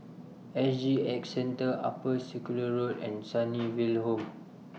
S G X Centre Upper Circular Road and Sunnyville Home